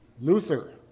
Luther